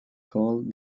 called